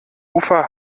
ufer